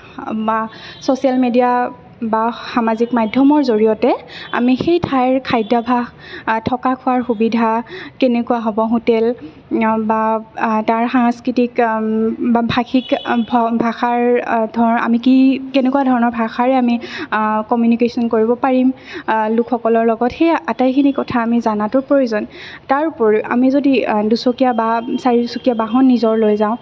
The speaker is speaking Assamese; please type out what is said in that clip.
বা ছচিয়েল মেডিয়া বা সামাজিক মাধ্যমৰ জৰিয়তে আমি সেই ঠাইৰ খাদ্যভাস থকা খোৱাৰ সুবিধা কেনেকুৱা হ'ব হোটেল বা তাৰ সাংস্কৃতিক বা ভাষিক ভাষাৰ আমি কি কেনেকুৱা ধৰণৰ ভাষাৰে আমি কমিনিকেশ্যন কৰিব পাৰিম লোকসকলৰ লগত সেয়া আটাইখিনি কথা আমাৰ জানাতো প্ৰয়োজন তাৰ উপৰিও আমি যদি দুচকীয়া বা চাৰিচকীয়া বাহন নিজৰ লৈ যাওঁ